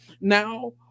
Now